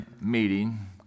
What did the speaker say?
meeting